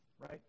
right